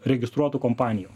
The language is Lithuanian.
registruotų kompanijų